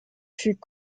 fut